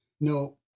no